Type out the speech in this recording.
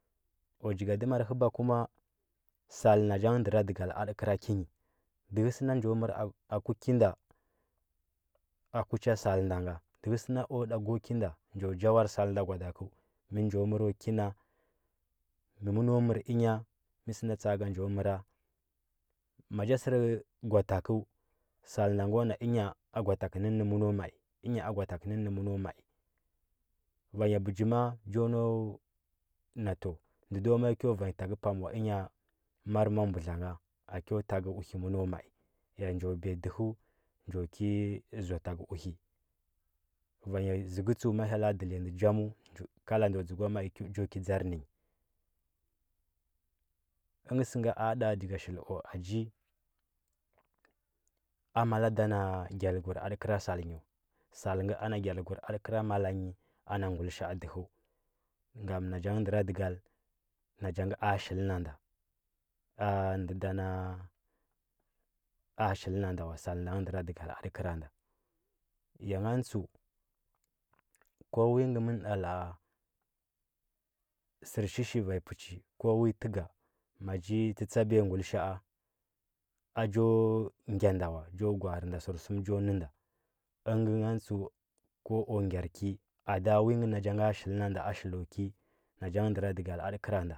Ku jigadt mar həba kuma sal na cha nge ndəradigal atəkəra ki nyi dəhə njo kwa ku ki nda a ku cha sal nda nga dəhə sə nan jo gwa. a mər ku ki nda njo jawar sal nda gwa daku mə njo mətro ki na mə məno mərr ənya mə səna tsaka njo mətra ma cha sər gwa takəu sal nda ngo na ənya a ngo tukəu nə nə məno mai ənya a ngo takdu nə nd mdno mai van ya bəji ma cha nau na ndə ndo mai kyo vanya takə pam wa daya mar mbudla nga akyo takəu uhi məno mai ya njo biya dəht njo ki zoa takəu uhi vanya zəkdu tstu ma hyella dələ nda njamjo kala ndə dzuka mai cho ki dzar nə nyi dmtanyi sə a da daga shu aji a mala da na gyakur təkəra sal nyi was al nge ama hyalkwr təkəra mala nyi ana guilisha. a dəhə ngam na cha ngə ndəradəgal na cha ngə a shil nan ɗa and ɗa na a shili nan ɗa was al nda ngə ndəra digal təkəra nda ya ngan tstu ko wi məno ɗa la. a sərshishi vanya pəuchi ko vui tuga ma cha tsətsa biya guilisha. a a choo gyada ula cho gweare nda sərsum chp nə nda ən tanyi gani tsəu ko ku gyar ki ada uu ngə na cha ngəa shili nan da a shiljuki na cha ngə ndəra digal atə kəranda,